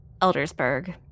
Eldersburg